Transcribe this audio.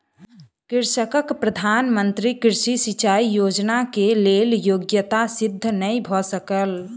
कृषकक प्रधान मंत्री कृषि सिचाई योजना के लेल योग्यता सिद्ध नै भ सकल